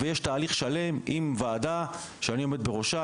ויש תהליך שלם עם ועדה שאני עומד בראשה,